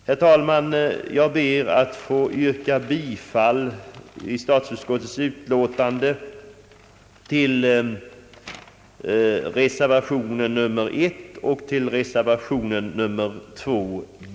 Jag ber, herr talman, att få yrka bifall till reservationerna 1 och 2 b.